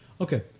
Okay